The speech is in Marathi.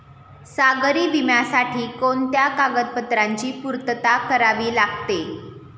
सागरी विम्यासाठी कोणत्या कागदपत्रांची पूर्तता करावी लागते?